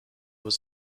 was